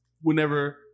Whenever